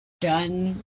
done